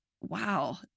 wow